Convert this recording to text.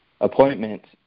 appointments